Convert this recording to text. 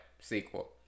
Sequel